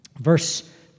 verse